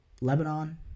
Lebanon